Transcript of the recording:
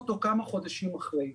אלא כמה חודשים אחרי.